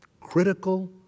critical